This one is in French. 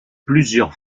plusieurs